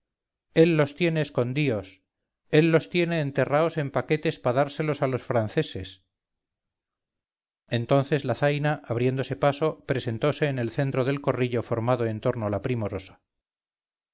él los tiene escondíos él los tiene enterraos en paquetes pa dárselos a los franceses entonces la zaina abriéndose paso presentose en el centro del corrillo formado en torno a la primorosa